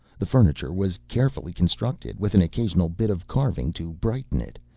the furniture was carefully constructed, with an occasional bit of carving to brighten it,